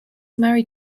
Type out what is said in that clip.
married